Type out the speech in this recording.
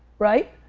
right?